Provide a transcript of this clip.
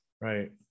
Right